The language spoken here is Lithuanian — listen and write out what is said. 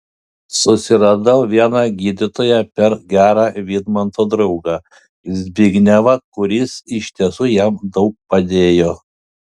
susiradau vieną gydytoją per gerą vidmanto draugą zbignevą kuris iš tiesų jam daug padėjo